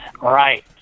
Right